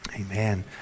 Amen